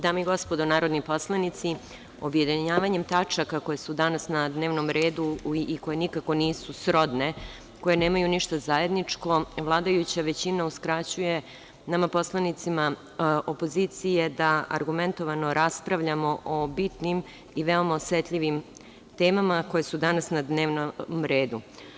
Dame i gospodo narodni poslanici, objedinjavanjem tačaka koje su danas na dnevnom redu i koje nikako nisu srodne, koje nemaju ništa zajedničko, vladajuća većina uskraćuje nama poslanicima opozicije da argumentovano raspravljamo o bitnim i veoma osetljivim temama koje su danas na dnevnom redu.